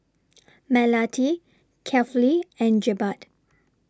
Melati Kefli and Jebat